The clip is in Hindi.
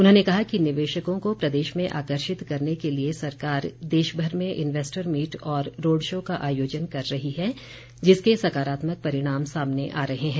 उन्होंने कहा कि निवेशकों को प्रदेश में आकर्षित करने के लिए सरकार देशभर में इन्वेस्टर मीट और रोड शो का आयोजन कर रही है जिसके सकारात्मक परिणाम सामने आ रहे हैं